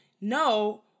no